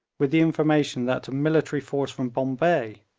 with the information that a military force from bombay,